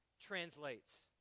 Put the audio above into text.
translates